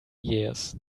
years